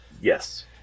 Yes